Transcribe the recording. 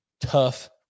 tough